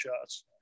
shots